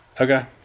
okay